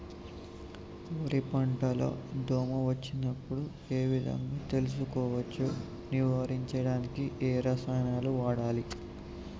వరి పంట లో దోమ వచ్చినప్పుడు ఏ విధంగా తెలుసుకోవచ్చు? నివారించడానికి ఏ రసాయనాలు వాడాలి?